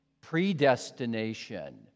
predestination